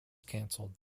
cancelled